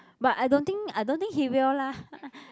but I don't think I don't think he will lah